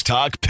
Talk